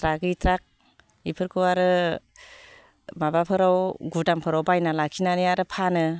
ट्राकै truck इफोरखौ आरो माबाफोराव गडाउनफोराव बायना लाखिनानै आरो फानो